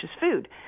food